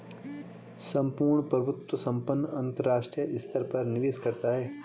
सम्पूर्ण प्रभुत्व संपन्न अंतरराष्ट्रीय स्तर पर निवेश करता है